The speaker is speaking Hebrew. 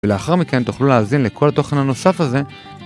ולאחר מכן תוכלו להזין לכל התוכן הנוסף הזה